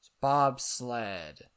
bobsled